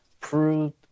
proved